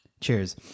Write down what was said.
Cheers